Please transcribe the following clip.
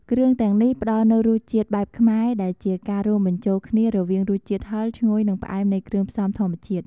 គ្រឿងទាំងនេះផ្ដល់នូវរសជាតិបែបខ្មែរ ដែលជាការរួមបញ្ចូលគ្នារវាងរសជាតិហឹរ ឈ្ងុយ និងផ្អែមនៃគ្រឿងផ្សំធម្មជាតិ។